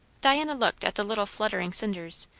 diana looked at the little fluttering cinders,